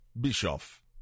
Bischoff